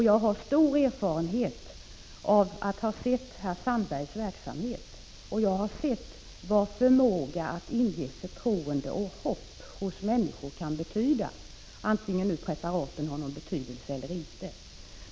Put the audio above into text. Jag har stor erfarenhet av att ha sett herr Sandbergs verksamhet; jag har sett vad en förmåga att inge förtroende och hopp hos människor kan betyda, oavsett om preparaten har någon verkan eller inte.